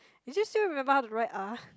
is it still remember how to write ah